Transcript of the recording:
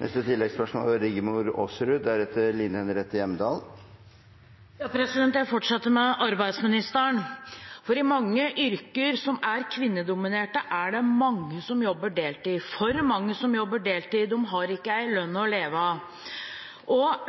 Jeg fortsetter med arbeidsministeren. I mange yrker som er kvinnedominerte, er det for mange som jobber deltid. De har ikke en lønn å leve av.